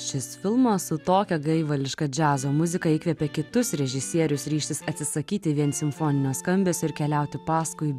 šis filmas su tokia gaivališka džiazo muzika įkvepė kitus režisierius ryžtis atsisakyti vien simfoninio skambesio ir keliauti paskui